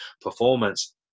performance